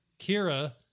Kira